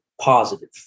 positive